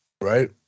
Right